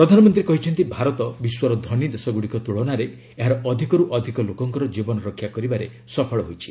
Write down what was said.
ପ୍ରଧାନମନ୍ତ୍ରୀ କହିଛନ୍ତି ଭାରତ ବିଶ୍ୱର ଧନୀ ଦେଶଗୁଡ଼ିକ ତ୍କଳନାରେ ଏହାର ଅଧିକର୍ ଅଧିକ ଲୋକଙ୍କର ଜୀବନ ରକ୍ଷା କରିବାରେ ସଫଳ ହୋଇଛି